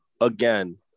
again